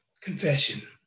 Confession